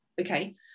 Okay